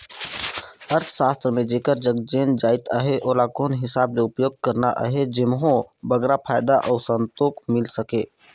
अर्थसास्त्र म जेकर जग जेन जाएत अहे ओला कोन हिसाब ले उपयोग करना अहे जेम्हो बगरा फयदा अउ संतोक मिल सके